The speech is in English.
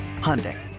Hyundai